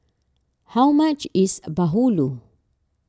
how much is Bahulu